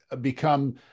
become